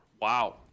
Wow